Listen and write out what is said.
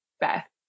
Beth